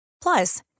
Plus